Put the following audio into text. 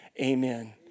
amen